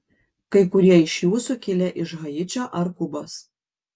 kai kurie iš jūsų kilę iš haičio ar kubos